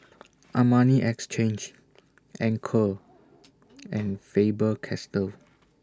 Armani Exchange Anchor and Faber Castell